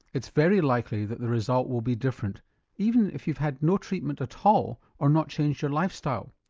it's very likely that the result will be different even if you've had no treatment at all or not changed your lifestyle.